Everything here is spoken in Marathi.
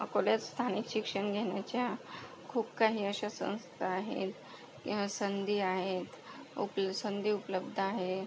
अकोल्यात स्थानिक शिक्षण घेण्याच्या खूप काही अशा संस्था आहेत किंवा संधी आहेत उप संधी उपलब्ध आहेत